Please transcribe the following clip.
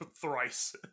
thrice